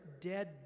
dead